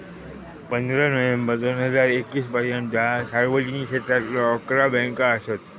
पंधरा नोव्हेंबर दोन हजार एकवीस पर्यंता सार्वजनिक क्षेत्रातलो अकरा बँका असत